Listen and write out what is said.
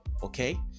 Okay